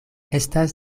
estas